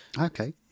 okay